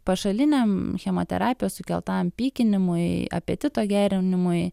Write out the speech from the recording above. pašaliniam chemoterapijos sukeltam pykinimui apetito gerinimui